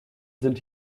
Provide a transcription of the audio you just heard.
sind